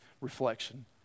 reflection